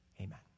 Amen